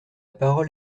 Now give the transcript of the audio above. parole